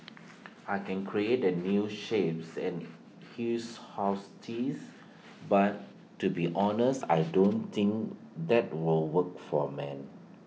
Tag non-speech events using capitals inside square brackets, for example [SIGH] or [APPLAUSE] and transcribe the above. [NOISE] I can create A new shapes and his house tits but to be honest I don't think that will work for men